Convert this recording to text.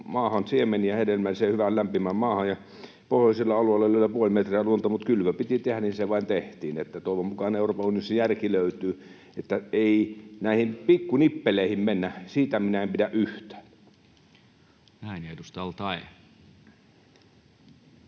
siemeniä hedelmälliseen, hyvään, lämpimään maahan ja pohjoisella alueella oli puoli metriä lunta, mutta kylvö piti tehdä ja niin se vain tehtiin. Toivon mukaan Euroopan unionissa järki löytyy, [Petri Huru: Ei löydy!] että näihin pikku nippeleihin ei mennä. Siitä minä en pidä yhtään. Näin. — Ja edustaja al-Taee.